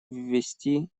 ввести